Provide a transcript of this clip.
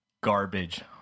garbage